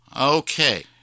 okay